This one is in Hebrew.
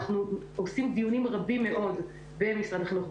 אנחנו עושים דיונים רבים מאוד במשרד החינוך,